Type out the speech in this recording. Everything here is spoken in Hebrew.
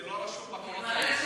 זה לא רשום בפרוטוקול.